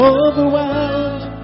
overwhelmed